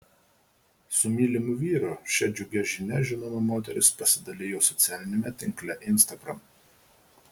su mylimu vyru šia džiugia žinia žinoma moteris pasidalijo socialiniame tinkle instagram